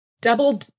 Double